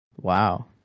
Wow